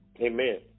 amen